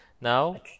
now